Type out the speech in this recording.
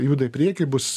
juda į priekį bus